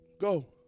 Go